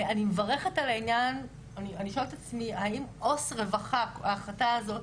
אני שואלת את עצמי האם עו"ס רווחה, ההחלטה הזו,